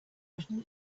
written